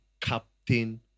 captain